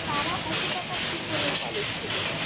তারা অত টাকা কি করে কলেজকে দেবে